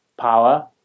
power